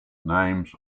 names